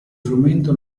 frumento